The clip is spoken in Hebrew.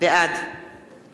בעד